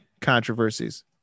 controversies